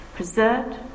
Preserved